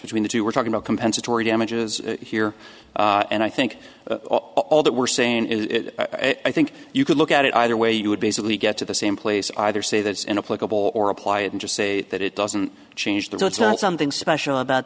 between the two we're talking about compensatory damages here and i think all that we're saying is i think you could look at it either way you would basically get to the same place either say that's in a political or apply and just say that it doesn't change that it's not something special about